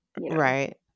Right